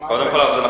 פעם כבר אמרת את זה?